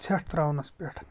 ژھٮ۪ٹ ترٛاونَس پٮ۪ٹھ